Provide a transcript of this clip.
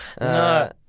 No